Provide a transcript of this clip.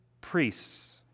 priests